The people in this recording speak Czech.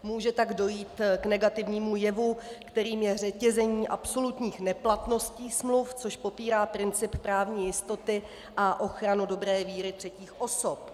Může tak dojít k negativnímu jevu, kterým je řetězení absolutních neplatností smluv, což popírá princip právní jistoty a ochranu dobré víry třetích osob.